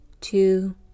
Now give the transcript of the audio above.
two